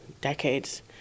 decades